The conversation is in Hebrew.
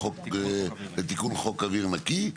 לתיקון חוק אוויר נקי.